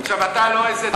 עכשיו אתה לא איזה,